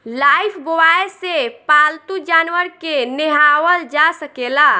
Lifebuoy से पाल्तू जानवर के नेहावल जा सकेला